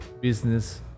business